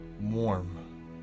warm